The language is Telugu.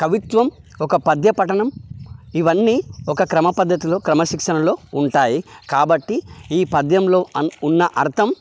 కవిత్వం ఒక పద్య పఠనం ఇవన్నీ ఒక క్రమపద్ధతిలో క్రమశిక్షణలో ఉంటాయి కాబట్టి ఈ పద్యంలో అన్ ఉన్న అర్థం